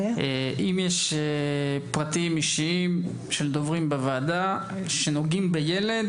אם יש פרטים אישיים של דוברים בוועדה שנוגעים לילד,